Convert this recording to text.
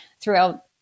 throughout